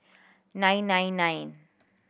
nine nine nine